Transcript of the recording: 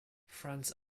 france